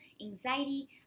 anxiety